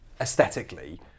aesthetically